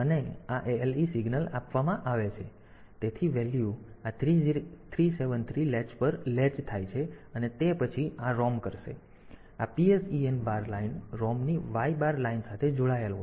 અને ALE signal આપવામાં આવે છે તેથી વેલ્યુ આ 373 લેચ પર લૅચ થાય છે અને તે પછી આ ROM કરશે આ PSEN બાર લાઇન ROM ની y બાર લાઇન સાથે જોડાયેલ હોય છે